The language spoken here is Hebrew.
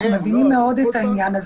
אנחנו מבינים מאוד את העניין הזה.